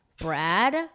brad